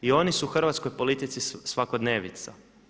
I oni su u hrvatskoj politici svakodnevnica.